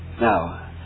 Now